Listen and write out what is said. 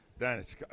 Dennis